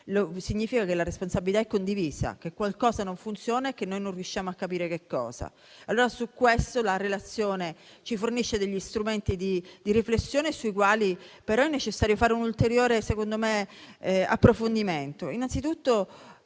significa che la responsabilità è condivisa, che qualcosa non funziona e che noi non riusciamo a capire che cosa. Su questo punto la relazione ci fornisce strumenti di riflessione sui quali però è necessario fare un ulteriore approfondimento,